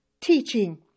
teaching